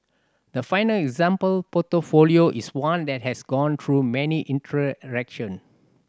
the final example portfolio is one that has gone through many iteration